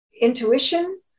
intuition